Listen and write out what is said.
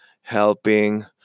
helping